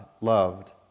loved